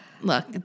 Look